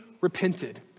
repented